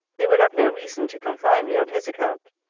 they would have no reason to confine me on his account.